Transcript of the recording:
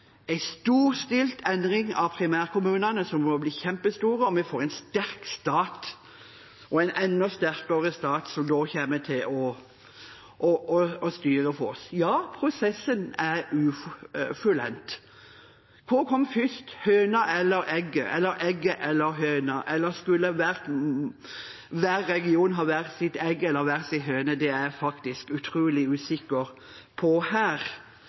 storstilt endring av primærkommunene, som vil bli kjempestore, og vi får en sterk stat, en enda sterkere stat, som da kommer til å styre for oss. Ja, prosessen er ufullendt. Hva kom først – høna eller egget, eller egget eller høna, eller skulle hver region ha hvert sitt egg eller hver sin høne? Det er jeg faktisk utrolig usikker på her,